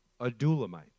Adulamite